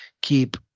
keep